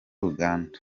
uganda